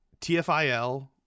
TFIL